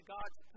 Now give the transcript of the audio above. God's